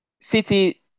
City